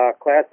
Class